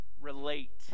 relate